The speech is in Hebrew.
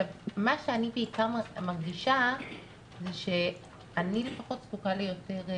מה שאני בעיקר מרגישה זה שאני לפחות זקוקה ליותר,